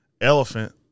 Elephant